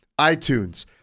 iTunes